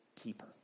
keeper